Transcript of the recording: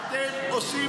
אתם עושים הפוך.